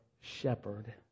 shepherd